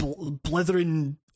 blithering